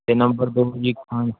ਅਤੇ ਨੰਬਰ ਦੋ ਜੀ ਇੱਕ ਤਾਂ